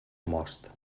most